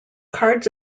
cards